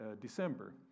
December